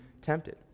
tempted